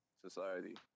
society